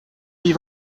die